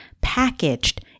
packaged